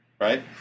Right